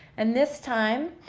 and this time,